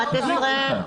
בפסקה (11).